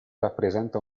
rappresenta